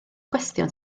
gwestiwn